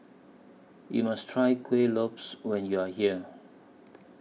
YOU must Try Kueh Lopes when YOU Are here